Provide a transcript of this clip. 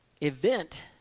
event